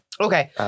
Okay